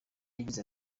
yagize